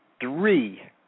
three